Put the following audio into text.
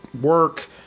work